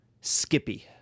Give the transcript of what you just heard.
Skippy